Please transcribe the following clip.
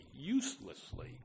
uselessly